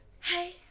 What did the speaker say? Hey